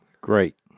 Great